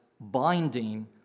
Binding